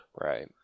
Right